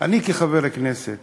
אני כחבר הכנסת